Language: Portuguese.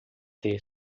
ter